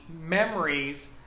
memories